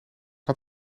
had